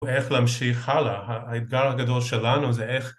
ואיך להמשיך הלאה, האתגר הגדול שלנו זה איך...